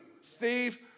Steve